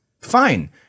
Fine